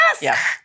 Yes